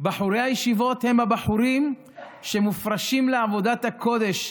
בחורי הישיבות הם הבחורים שמופרשים לעבודת הקודש,